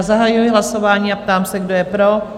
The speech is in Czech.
Zahajuji hlasování a ptám se, kdo je pro?